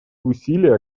усилия